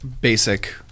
basic